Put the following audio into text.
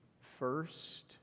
first